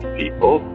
people